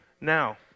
now